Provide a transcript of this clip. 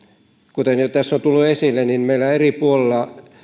kuten jo tässä on tullut esille niin meillä eri puolilla